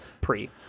pre